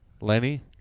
Lenny